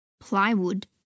Plywood